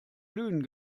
glühen